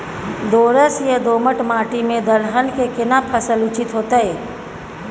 दोरस या दोमट माटी में दलहन के केना फसल उचित होतै?